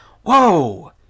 Whoa